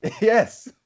Yes